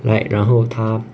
like 然后他